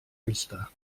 vista